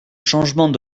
changement